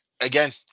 again